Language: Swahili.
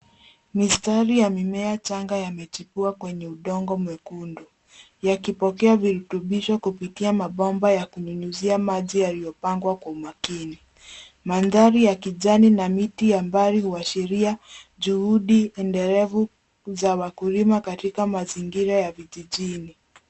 Mistari ya mimea changa yamechipua kwenye udongo mwekundu, yakipokea virutubisho kupitia mabomba ya kunyunyuzia maji yaliyopangwa kwa umakini . Mandhari ya kijani na miti ya mbali huashiria juhudi endelevu za wakulima katika mazingira ya vijijini.